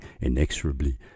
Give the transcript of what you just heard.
inexorably